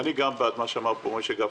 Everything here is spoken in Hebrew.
אני גם בעד מה שאמר פה משה גפני,